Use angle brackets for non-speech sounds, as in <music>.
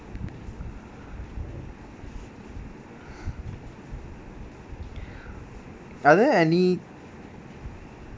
<breath> are there any